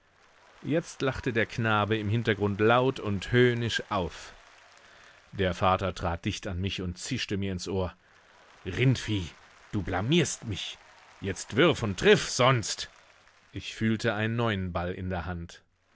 jetzt lachte der knabe im hintergrund laut und höhnisch auf der vater trat dicht an mich und zischte mir ins ohr rindvieh du blamierst mich jetzt wirf und triff sonst ich fühlte einen neuen ball in der hand